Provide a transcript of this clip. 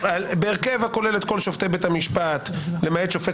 בהרכב הכולל את כל שופטי בית המשפט למעט וכו'